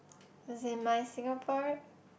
as in my Singapore